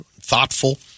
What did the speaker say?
thoughtful